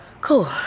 Cool